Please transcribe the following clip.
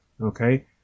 Okay